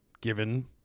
given